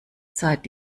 zeit